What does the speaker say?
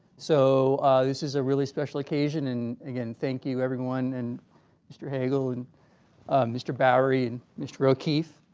so this is a really special occasion and again thank you everyone and mr. hagel and mister bowery and mr. o'keefe.